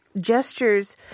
gestures